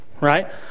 Right